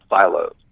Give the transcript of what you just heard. silos